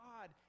God